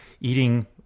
eating